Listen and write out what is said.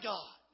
God